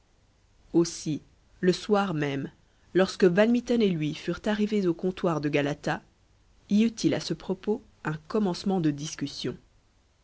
aussi le soir même lorsque van mitten et lui furent arrivés au comptoir de galata y eut-il à ce propos un commencement de discussion